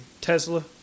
Tesla